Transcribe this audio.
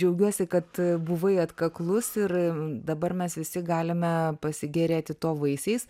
džiaugiuosi kad buvai atkaklus ir dabar mes visi galime pasigėrėti to vaisiais